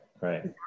right